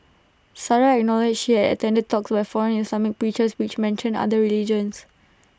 Sarah acknowledged she had attended talks with foreign Islamic preachers which mentioned other religions